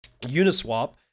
Uniswap